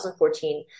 2014